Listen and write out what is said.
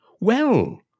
Well